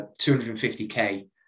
250k